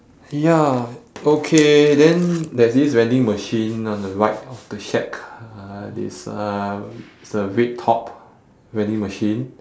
ya okay then there's this vending machine on the right of the shack uh this uh it's a red top vending machine